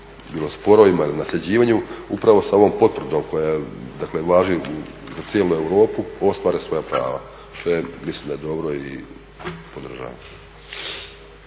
bilo sporovima ili nasljeđivanju upravo sa ovom potvrdom koja dakle važi za cijelu Europsku ostvari svoja prava, što je, mislim da je dobro i podržavam.